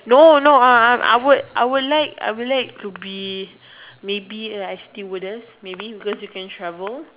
no no no uh I would I would like I would like to be maybe like air stewardesses maybe because you can travel